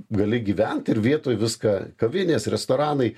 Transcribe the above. gali gyvent ir vietoj viską kavinės restoranai